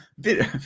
bit